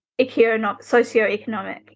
socioeconomic